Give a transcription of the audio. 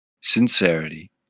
sincerity